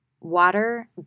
Water